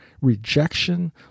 rejection